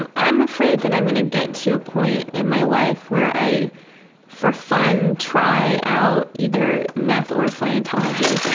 i'm i'm afraid that i'm gonna get to a point in my life where i for fun try out either meth or scientology.